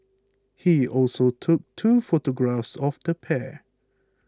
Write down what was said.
he also took two photographs of the pair